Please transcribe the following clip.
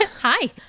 hi